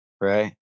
Right